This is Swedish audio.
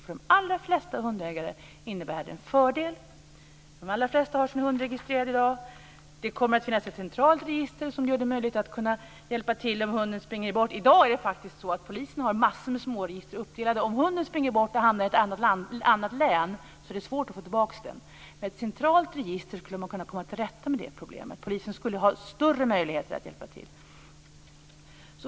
För de allra flesta hundägare innebär detta en fördel. De allra flesta har sina hundar registrerade i dag. Det kommer att finnas ett centralt register som gör det möjligt att hjälpa till om hunden springer bort. I dag finns det många småregister hos polisen. Om hunden springer bort och hamnar i ett annat län är det svårt att få tillbaka den. Med ett centralt register går det att komma till rätta med problemet. Polisen skulle ha större möjligheter att hjälpa till.